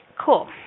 Cool